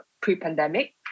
pre-pandemic